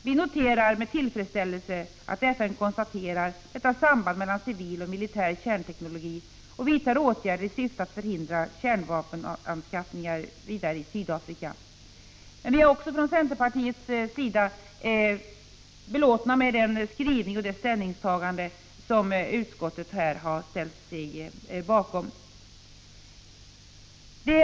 Vi noterar med tillfredsställelse att FN konstaterar detta samband mellan civil och militär kärnteknologi och vidtar åtgärder i syfte att förhindra kärnvapenanskaffning i Sydafrika. Men vi är också från centerpartiets sida belåtna med den skrivning som utskottet har ställt sig bakom och det ställningstagande man har gjort.